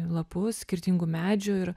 lapus skirtingų medžių ir